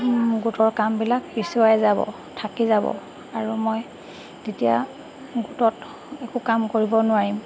গোটৰ কামবিলাক পিছুৱাই যাব থাকি যাব আৰু মই তেতিয়া গোটত একো কাম কৰিব নোৱাৰিম